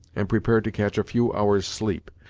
and prepared to catch a few hours' sleep,